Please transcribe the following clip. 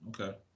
Okay